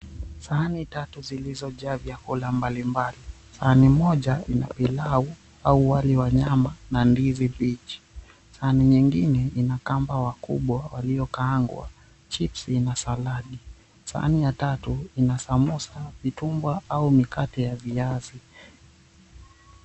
Sahani tatu zilizojaa vyakula mbalimbali, sahani moja lina pilau au wali wa nyama na ndizi mbichi. Sahani nyingine lina kamba wakubwa waliokaangwa, chipsi na saladi. Sahani ya tatu lina samosa, vitumbwa au mikati ya viazi.